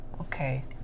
Okay